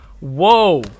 Whoa